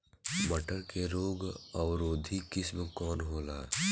मटर के रोग अवरोधी किस्म कौन होला?